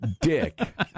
Dick